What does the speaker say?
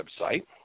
website